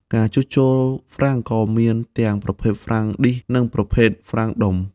ការជួសជុលហ្វ្រាំងក៏មានទាំងប្រភេទហ្វ្រាំងឌីសនិងប្រភេទហ្វ្រាំងដុំ។